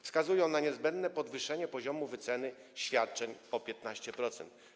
Wskazuje się na niezbędne podwyższenie poziomu wyceny świadczeń o 15%.